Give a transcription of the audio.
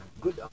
good